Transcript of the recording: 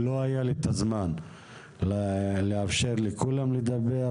לא היה לי את הזמן לאפשר לכולם לדבר,